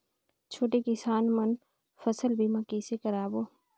छोटे किसान मन फसल बीमा कइसे कराबो?